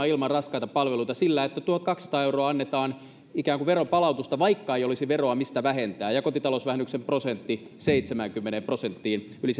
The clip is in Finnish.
ilman raskaita palveluita sillä että tuo tuhatkaksisataa euroa annetaan ikään kuin veronpalautusta vaikka ei olisi veroa mistä vähentää ja kotitalousvähennyksen prosentti seitsemäänkymmeneen prosenttiin yli